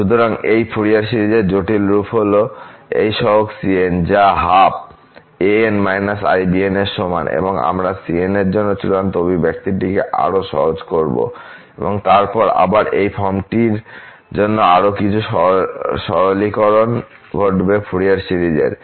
সুতরাং এই ফুরিয়ার সিরিজের জটিল রূপ হল এই সহগ cn যা ½ an−i bn এর সমান এবং আমরা cn এর জন্য চূড়ান্ত অভিব্যক্তিটিকে আরও সহজ করব এবং তারপর আবার এই ফর্মটির জন্য আরও কিছু সরলীকরণ ঘটবে ফুরিয়ার সিরিজের